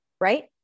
right